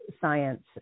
science